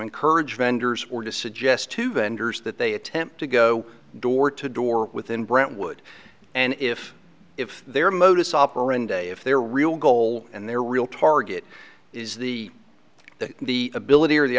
encourage vendors or to suggest to vendors that they attempt to go door to door within brentwood and if if their modus operandi if their real goal and their real target is the that the ability or the